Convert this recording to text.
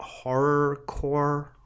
horrorcore